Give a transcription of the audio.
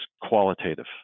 qualitative